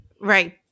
Right